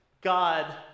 god